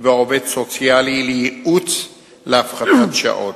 ועובד סוציאלי, לייעוץ להפחתת שעות,